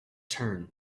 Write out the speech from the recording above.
turn